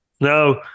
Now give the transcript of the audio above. Now